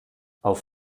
auf